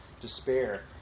despair